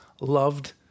loved